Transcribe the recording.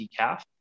Decaf